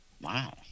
Wow